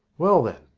well, then,